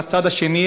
מהצד השני,